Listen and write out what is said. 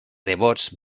devots